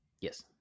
Yes